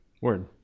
Word